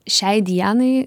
šiai dienai